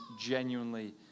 genuinely